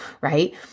right